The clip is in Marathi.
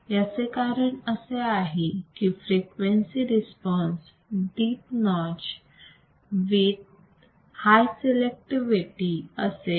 याचे कारण असे आहे की frequency response deep notch with high selectivity असेल